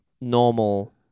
normal